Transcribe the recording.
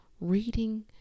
reading